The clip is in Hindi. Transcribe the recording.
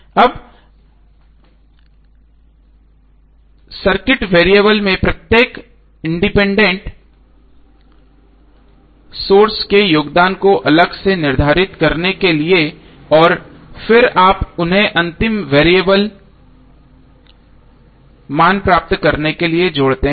अब सर्किट वेरिएबल में प्रत्येक इंडिपेंडेंट सोर्स के योगदान को अलग से निर्धारित करने के लिए और फिर आप उन्हें अंतिम वेरिएबल मान प्राप्त करने के लिए जोड़ते हैं